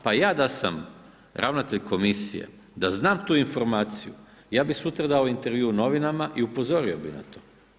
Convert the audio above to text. Pa ja da sam ravnatelj komisije, da znam tu informaciju, ja bi sutra dao intervju u novinama i upozorio na to.